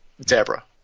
Deborah